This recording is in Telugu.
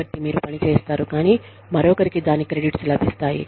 కాబట్టి మీరు పని చేస్తారు కానీ మరొకరికి దాని క్రెడిట్స్ లభిస్తాయి